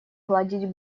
гладить